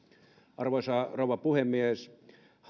arvoisa rouva puhemies